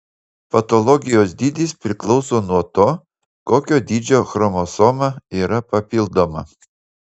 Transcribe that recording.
patologijos dydis priklauso nuo to kokio dydžio chromosoma yra papildoma